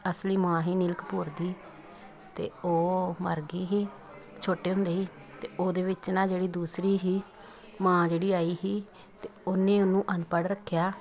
ਅਸਲੀ ਮਾਂ ਸੀ ਅਨਿਲ ਕਪੂਰ ਦੀ ਅਤੇ ਉਹ ਮਰ ਗਈ ਸੀ ਛੋਟੇ ਹੁੰਦੇ ਹੀ ਅਤੇ ਉਹਦੇ ਵਿੱਚ ਨਾ ਜਿਹੜੀ ਦੂਸਰੀ ਸੀ ਮਾਂ ਜਿਹੜੀ ਆਈ ਸੀ ਤਾਂ ਉਹਨੇ ਉਹਨੂੰ ਅਨਪੜ੍ਹ ਰੱਖਿਆ